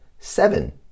seven